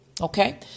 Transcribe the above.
okay